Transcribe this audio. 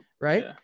right